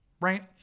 right